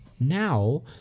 Now